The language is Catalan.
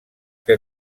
que